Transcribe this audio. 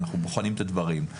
אנחנו בוחנים את הדברים.